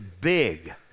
big